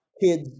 kids